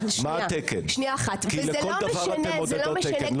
זה לא משנה.